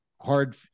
hard